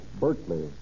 Berkeley